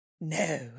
no